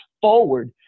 forward